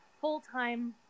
full-time